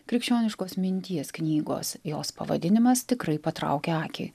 krikščioniškos minties knygos jos pavadinimas tikrai patraukia akį